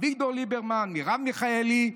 אביגדור ליברמן ומרב מיכאלי."